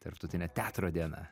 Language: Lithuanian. tarptautine teatro diena